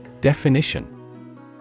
Definition